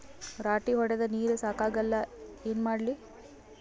ರಾಟಿ ಹೊಡದ ನೀರ ಸಾಕಾಗಲ್ಲ ಏನ ಮಾಡ್ಲಿ?